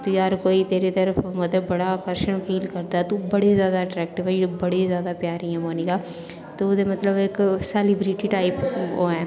तुगी हर कोई तेरी तरफ मतलब बड़ा आकर्शन फील करदा तूं बड़ी ज्यादा अटरेक्टिव बड़ी ज्यादा प्यारी ऐ मोनिका तूं ते मतलब इक सेलीब्रिटी टाइप ओह् ऐ